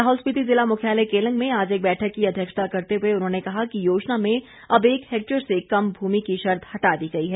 लाहौल स्पीति जिला मुख्यालय केलंग में आज एक बैठक की अध्यक्षता करते हुए उन्होंने कहा कि योजना में अब एक हेक्टेयर से कम भूमि की शर्त हटा दी गई है